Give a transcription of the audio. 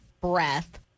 breath